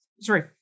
sorry